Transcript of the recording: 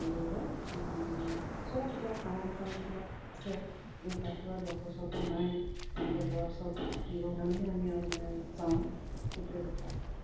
ক'বলৈ গ'লে চব এতিয়া ফাৰ্মাচী চামাচিবিলাক আছে কিন্তু তাততো আৰু ডক্তৰ চক্তৰ নাই সেনেকৈ দৰব চৰব দিবৰ কাৰণেহে আমি আৰু মানে যাওঁ সেইটোৱেই কথা